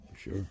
sure